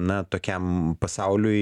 na tokiam pasauliui